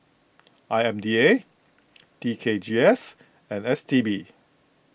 I M D A T K G S and S T B